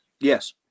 Yes